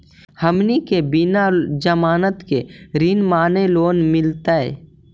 हमनी के बिना जमानत के ऋण माने लोन मिलतई?